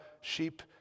sheep